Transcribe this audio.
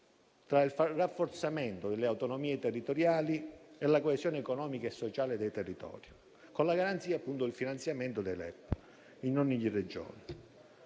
tra il rafforzamento delle autonomie territoriali e la coesione economica e sociale dei territori, con la garanzia, appunto, del finanziamento dei LEP in ogni Regione.